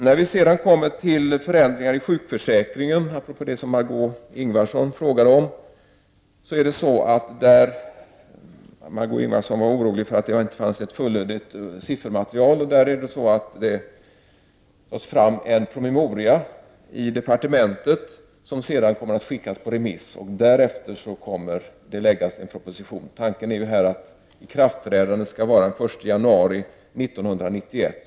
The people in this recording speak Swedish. När det sedan gäller förändringarna i sjukförsäkringen — apropå det som Marg6ö Ingvardsson frågade om, hon var orolig för att det inte finns ett fullödigt siffermaterial — tas det fram en promemoria i departementet som sedan kommer att skickas på remiss. Därefter kommer det att läggas fram en proposition. Tanken är att detta skall träda i kraft den 1 januari 1991.